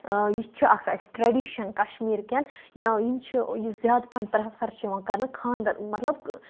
یہِ چھُ اکھ اَسہِ ٹریٚڈِشَن کَشمیٖر کٮ۪ن یِم چھِ یہِ زیادٕ پَہَن پریٚفَر چھُ یِوان کَرنہٕ خانٛدَر مَطلَب